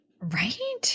Right